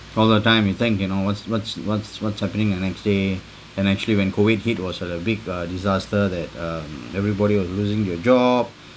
all the time you think you know what's what's what's what's happening the next day and actually when COVID hit was a big uh disaster that um everybody was losing their job